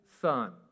Son